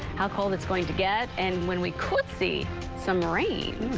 how cold it's going to get and when we could see some rain.